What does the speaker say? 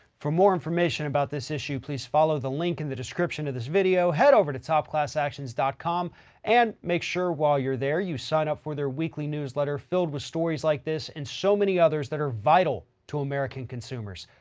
for more information about this issue. please follow the link in the description of this video. head over to topclassactions dot com and make sure while you're there, you sign up for their weekly newsletter filled with stories stories like this and so many others that are vital to american consumers.